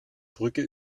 brücke